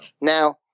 Now